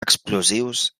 explosius